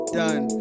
done